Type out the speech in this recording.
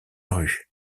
rue